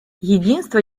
единство